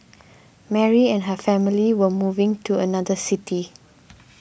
Mary and her family were moving to another city